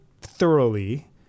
thoroughly